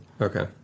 okay